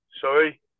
Sorry